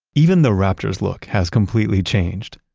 even the raptors look has completely changed.